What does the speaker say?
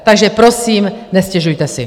Takže prosím, nestěžujte si.